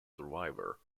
survivor